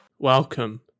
Welcome